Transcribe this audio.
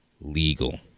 legal